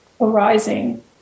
arising